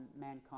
mankind